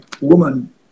woman